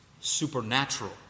supernatural